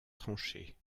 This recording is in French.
tranchée